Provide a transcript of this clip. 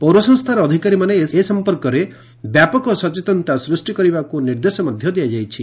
ପୌରସଂସ୍ତାର ଅଧିକାରୀମାନେ ଏ ସମ୍ପର୍କରେ ବ୍ୟାପକ ସଚେତନତା ସ୍ୃଷ୍ଟି କରିବାକୁ ନିର୍ଦ୍ଦେଶ ଦିଆଯାଇଛି